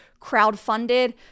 crowdfunded